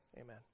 Amen